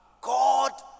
God